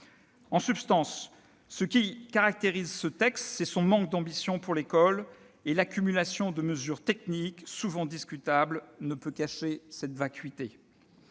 En substance, ce qui caractérise ce texte, c'est son manque d'ambition pour l'école. L'accumulation de mesures techniques, souvent discutables, ne peut cacher cette vacuité.